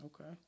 Okay